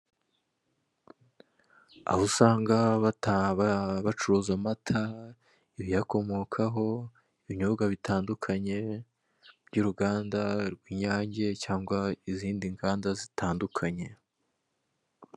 Aho usanga bata ba bacuruza amata, ibiyakomokaho, ibinyobwa bitandukanye, by'uruganda rw'inyange cyangwa izindi nganda zitandukanye.